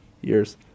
Years